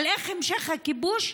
איך המשך הכיבוש,